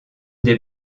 des